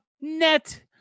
net